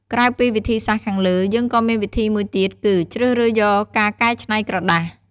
ក្រៅពីវិធីសាស្រ្តខាងលើ យើងក៏មានវិធីមួយទៀតគឺ ជ្រើសរើសយកការកែច្នៃក្រដាស។